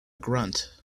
grunt